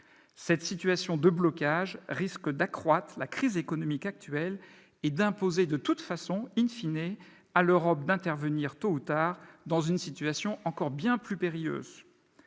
Cette situation de blocage risque d'accroître la crise économique actuelle et d'imposer à l'Europe d'intervenir tôt ou tard, dans une situation bien plus périlleuse.